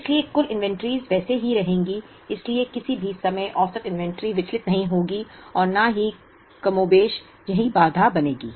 इसलिए कुल इन्वेंट्रीज वैसे ही रहेंगी इसलिए किसी भी समय औसत इन्वेंट्री विचलित नहीं होगी और न ही कमोबेश यही बाधा बनेगी